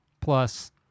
Plus